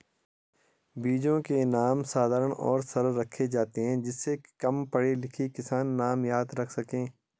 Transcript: बीजों के नाम साधारण और सरल रखे जाते हैं जिससे कम पढ़े लिखे किसान नाम याद रख सके